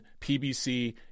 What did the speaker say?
pbc